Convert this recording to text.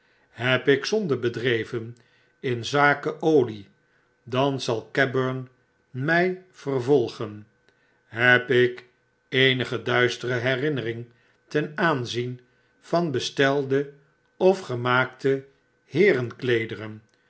heb ik zonde bedreven in zake olie dan zal cabburnmy vervolgen heb ik eenige duistere herinnering ten aanzien van bestelde of gemaakte